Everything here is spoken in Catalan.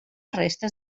restes